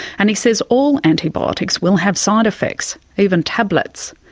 and he says all antibiotics will have side effects, even tablets.